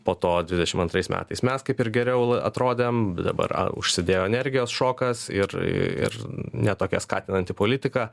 po to dvidešim antrais metais mes kaip ir geriau atrodėm dabar užsidėjo energijos šokas ir ir ne tokia skatinanti politika